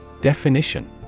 Definition